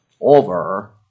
over